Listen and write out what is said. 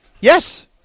Yes